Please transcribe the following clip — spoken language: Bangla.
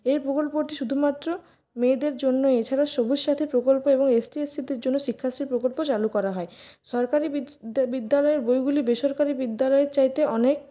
এই প্রকল্পটি শুধুমাত্র মেয়েদের জন্য এছাড়া সবুজ সাথী প্রকল্প এবং এস টি এস সিদের জন্য শিক্ষাশ্রী প্রকল্প চালু করা হয় সরকারি বিদ্যালয়ের বইগুলি বেসরকারি বিদ্যালয়ের চাইতে অনেক